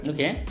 Okay